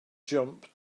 jump